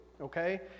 Okay